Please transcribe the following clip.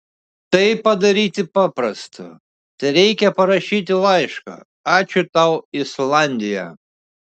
tai padaryti paprasta tereikia parašyti laišką ačiū tau islandija